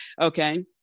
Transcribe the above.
okay